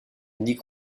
ligue